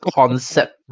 concept